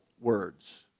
words